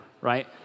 right